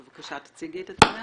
בבקשה, תציגי את עצמך.